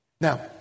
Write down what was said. Now